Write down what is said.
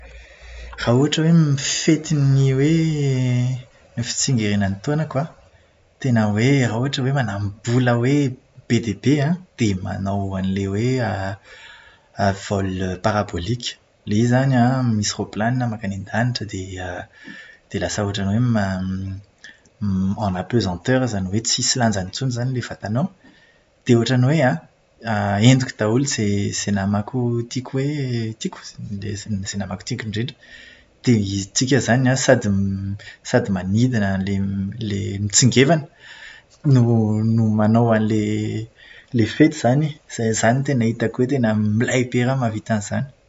Raha ohatra hoe mifety ny hoe ny fitsingerenan'ny taonako an, tena hoe raha ohatra hoe manambola hoe be dia be an, dia manao an'ilay hoe "vol parabolique". Ilay izy izany an; misy raopilanina mankany an-danitra dia dia lasa ohatran'ny hoe "en apesanteur" zany hoe tsisy lanjany intsony izany ilay vatanao, dia ohatran'ny hoe an, entiko daholo izay namako tiako hoe tiako izay namako tiako indrindra. Dia tsika izany an, sady m- sady midina ilay ilay mitsingevana no no manao an'ilay ilay fety izany e. Izany tena hitako hoe tena milay be raha mahavita an'izany.